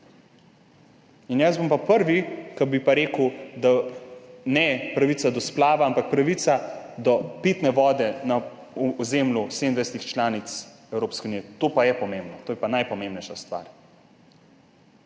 Jaz bom pa prvi, ki bi pa rekel, da ne pravica do splava, ampak pravica do pitne vode na ozemlju 27 članic Evropske unije, to pa je pomembno, to je pa najpomembnejša stvar.